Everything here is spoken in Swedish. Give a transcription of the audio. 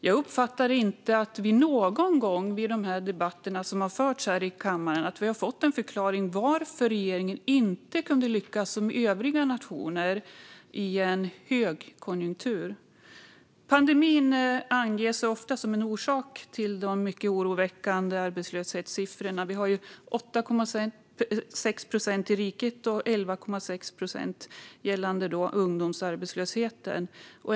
Jag uppfattar inte att vi någon gång i de debatter som har förts här i kammaren har fått en förklaring till varför regeringen inte kunde lyckas som övriga nationer i en högkonjunktur. Pandemin anges ofta som en orsak till de mycket oroväckande arbetslöshetssiffrorna. Arbetslösheten är ju 8,6 procent i riket och 11,6 procent gällande ungdomsarbetslösheten.